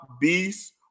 beasts